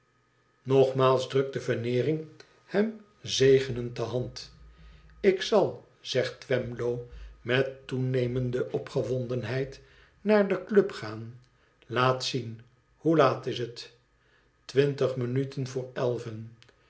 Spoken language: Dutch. nogmaals drukte veneering hem zegenend de hand ik zal zegt twemlow met toenemende opgewondenheid naarde club gaan laat zien hoe laat is het twintig minuten voor elven